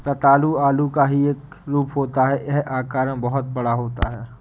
रतालू आलू का ही एक रूप होता है यह आकार में बहुत बड़ा होता है